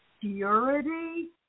purity